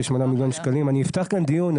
אני אפתח כאן דיון,